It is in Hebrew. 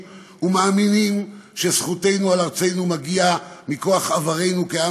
ומאמינים שזכותנו על ארצנו מגיעה מכוח עברנו כעם